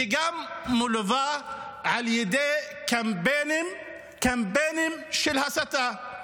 היא גם מלווה על ידי קמפיינים של הסתה.